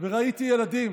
וראיתי ילדים